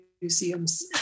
museums